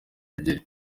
ebyiri